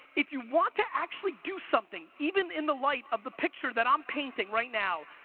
if you want to actually do something, even in the light of the picture that i'm painting right now,